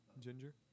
Ginger